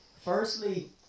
firstly